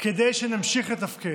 כדי שנמשיך לתפקד,